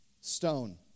stone